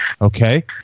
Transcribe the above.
Okay